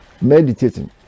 meditating